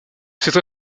cette